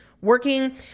working